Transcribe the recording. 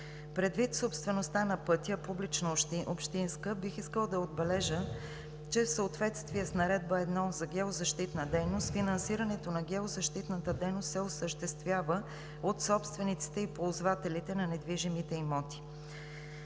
Предвид собствеността на пътя – публично-общинска, бих искала да отбележа, че в съответствие с Наредба № 1 за геозащитна дейност финансирането на геозащитната дейност се осъществява от собствениците и ползвателите на недвижимите имоти.